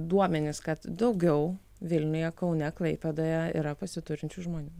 duomenis kad daugiau vilniuje kaune klaipėdoje yra pasiturinčių žmonių